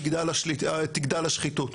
תגדל השחיתות.